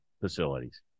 facilities